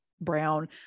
brown